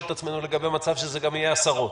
את עצמנו לגבי מצב שיהיו גם עשרות.